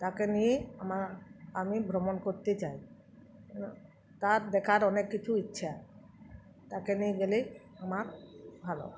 তাকে নিয়েই মা আমি ভ্রমণ করতে চাই তার দেখার অনেক কিছু ইচ্ছা তাকে নিয়ে গেলেই আমার ভালো